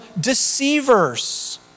deceivers